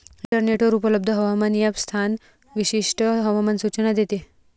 इंटरनेटवर उपलब्ध हवामान ॲप स्थान विशिष्ट हवामान सूचना देते